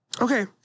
Okay